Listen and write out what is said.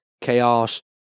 chaos